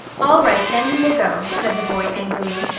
all right, then we will go, said the boy, angrily.